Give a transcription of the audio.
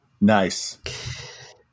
Nice